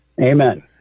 Amen